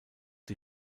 die